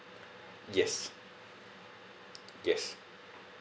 yes yes